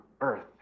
earth